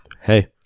Hey